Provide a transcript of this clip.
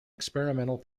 experimental